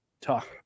Talk